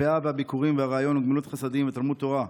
הפאה והביכורים והראיון וגמילות חסדים ותלמוד תורה.